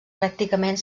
pràcticament